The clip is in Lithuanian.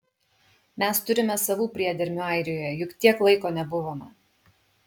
mes turime savų priedermių airijoje juk tiek laiko nebuvome